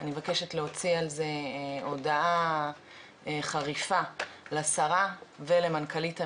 אני מבקשת להוציא על זה הודעה חריפה לשרה ולמנכ"לית המשרד.